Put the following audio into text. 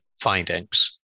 findings